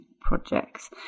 projects